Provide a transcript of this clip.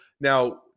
Now